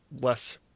less